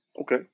Okay